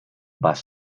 pas